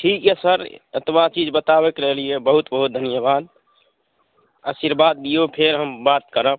ठीक यऽ सर एतबा चीज बताबैके लिअ बहुत बहुत धन्यवाद आशिर्वाद दिऔ फेर हम बात करब